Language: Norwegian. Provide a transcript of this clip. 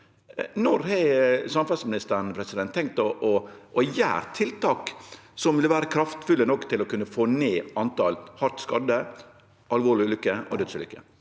Når har samferdselsministeren tenkt å gjere tiltak som vil vere kraftfulle nok til å kunne få ned talet på hardt skadde, alvorlege ulykker og dødsulykker?